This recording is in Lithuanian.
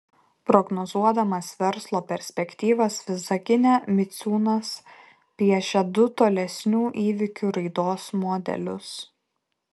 prognozuodamas verslo perspektyvas visagine miciūnas piešia du tolesnių įvykių raidos modelius